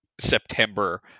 September